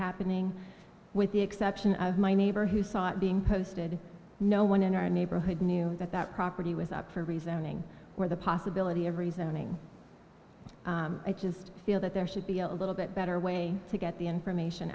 happening with the exception of my neighbor who saw it being posted no one in our neighborhood knew that that property without for reasoning or the possibility of reasoning i just feel that there should be a little bit better way to get the information